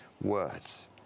words